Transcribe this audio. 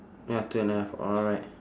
ya two and a half alright